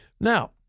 Now